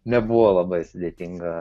nebuvo labai sudėtinga